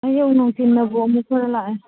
ꯑꯌꯨꯛ ꯅꯨꯡꯊꯤꯟꯅꯕꯨ ꯑꯃꯨꯛ ꯈꯔ ꯂꯥꯛꯑꯦ